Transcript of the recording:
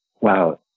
wow